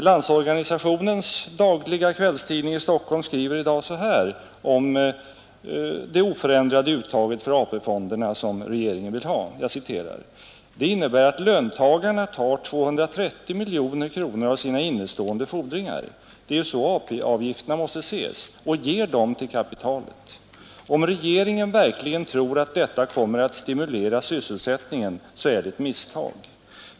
Landsorganisationens dagliga kvällstidning i Stockholm skriver i dag så här om det oförändrade uttaget för AP-fonderna som regeringen vill ha: ”Det innebär att löntagarna tar 230 milj.kr. av sina innestående fordringar — det är ju så AP-avgifterna måste ses — och ger dem till kapitalet. Om regeringen verkligen tror att detta kommer att stimulera sysselsättningen så är det ett misstag.